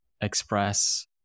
express